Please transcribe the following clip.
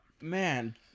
man